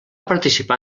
participar